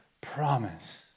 promise